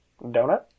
donut